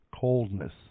coldness